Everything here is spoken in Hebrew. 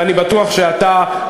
ואני בטוח שאתה,